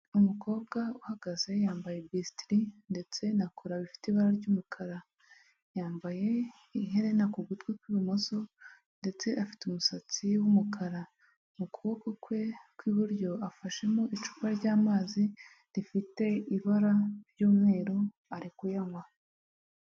Umukobwa uhagaze yambaye bisitiri ndetse na kora bifite ibara ry'umukara. Yambaye iherena ku gutwi kw'ibumoso ndetse afite umusatsi w'umukara. Mu kuboko kwe kw'iburyo afashemo icupa ry'amazi, rifite ibara ry'umweru, ari kuyanywa.